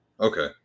Okay